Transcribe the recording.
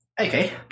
Okay